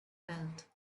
built